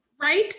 right